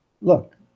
Look